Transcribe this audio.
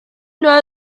know